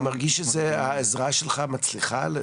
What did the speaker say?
אתה מרגיש שהעזרה שלך מצליחה?